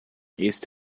este